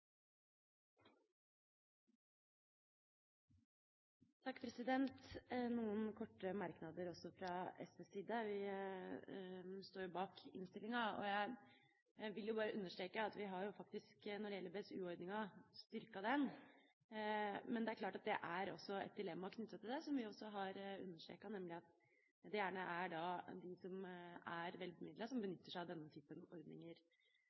Noen korte merknader også fra SVs side. Vi står jo bak innstillinga. Jeg vil bare understreke at vi har jo faktisk styrket BSU-ordninga. Men det er klart at det også er et dilemma knyttet til det, som vi også har understreket, nemlig at det gjerne er de som er bemidlet, som benytter seg av denne type ordninger.